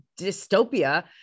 dystopia